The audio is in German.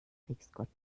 kriegsgott